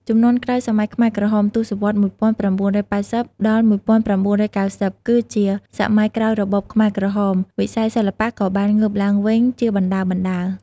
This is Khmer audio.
ជំនាន់ក្រោយសម័យខ្មែរក្រហម ទសវត្សរ៍ ១៩៨០-១៩៩០ គឺជាសម័យក្រោយរបបខ្មែរក្រហម វិស័យសិល្បៈក៏បានងើបឡើងវិញជាបណ្តើរៗ។